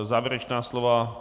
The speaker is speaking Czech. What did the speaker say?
Závěrečná slova...